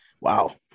wow